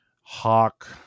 hawk